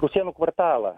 rusėnų kvartalą